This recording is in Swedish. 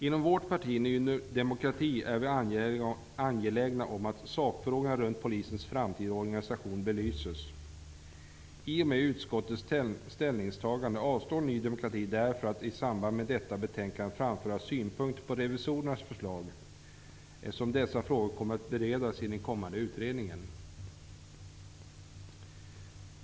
Inom vårt parti, Ny demokrati, är vi angelägna om att sakfrågorna runt polisens framtida organisation belyses. I och med utskottets ställningstagande avstår Ny demokrati därför från att i samband med detta betänkade framföra synpunkter på revisorernas förslag, eftersom dessa frågor kommer att beredas i den kommande utredningen.